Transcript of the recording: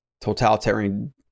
totalitarian